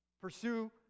Pursue